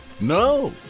no